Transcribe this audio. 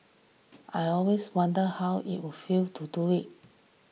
I always wondered how it would feel to do it